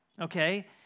okay